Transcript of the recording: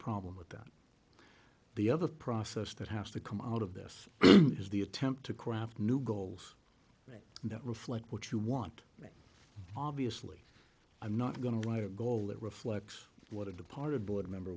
problem with that the other process that has to come out of this is the attempt to craft new goals that don't reflect what you want obviously i'm not going to write a goal that reflects what a departed board member